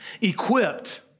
equipped